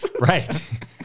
Right